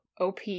OP